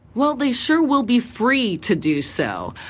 well, they sure will be free to do so.